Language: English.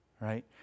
right